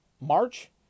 march